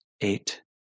Eight